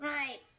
Right